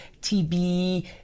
TB